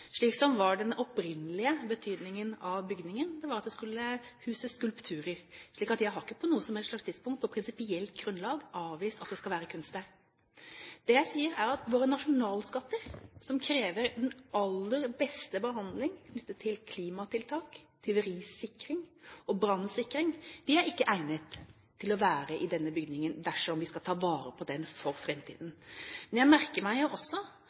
bygningen huse skulpturer. Jeg har ikke på noe som helst slags tidspunkt, eller på prinsipielt grunnlag, avvist at det skal være kunst der. Det jeg sier, er at våre nasjonalskatter, som krever den aller beste behandling knyttet til klimatiltak, tyverisikring og brannsikring, ikke er egnet til å være i denne bygningen dersom vi skal ta vare på dem for framtiden. Men jeg merker meg jo også